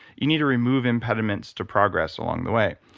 you need to remove impediments to progress along the way.